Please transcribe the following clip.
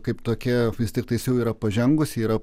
kaip tokia vis tiktais jau yra pažengusi yra